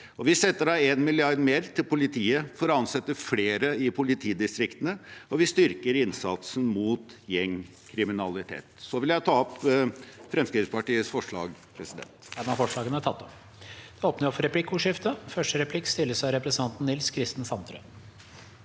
Vi setter også av 1 mrd. kr mer til politiet for å ansette flere i politidistriktene, og vi styrker innsatsen mot gjengkriminalitet. Jeg vil ta opp Fremskrittspartiets forslag. Presidenten